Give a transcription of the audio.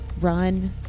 run